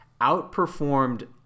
outperformed